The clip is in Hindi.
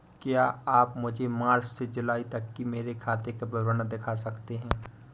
क्या आप मुझे मार्च से जूलाई तक की मेरे खाता का विवरण दिखा सकते हैं?